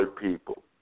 people